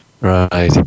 Right